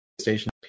station